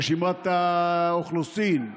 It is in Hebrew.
רשימת האוכלוסין,